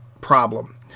problem